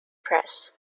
press